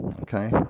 okay